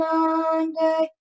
Monday